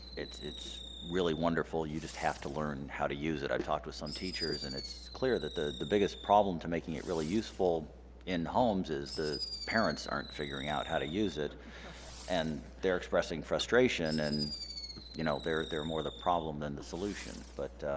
it's it's really wonderful. you just have to learn how to use it. i've talked with some teachers and it's clear that the the biggest problem to making it really useful in homes is the parents aren't figuring out how to use it and they're expressing frustration and you know they're they're more the problem than the solution but